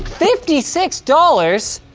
fifty six dollars?